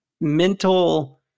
mental